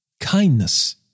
kindness